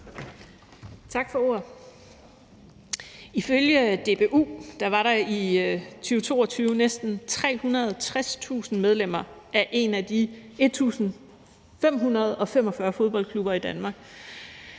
Tak for ordet. Ifølge DBU var der i 2022 næsten 360.000 medlemmer af en af de 1.545 fodboldklubber i Danmark,